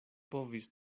povis